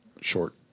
short